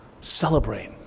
Celebrate